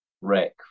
wreck